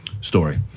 story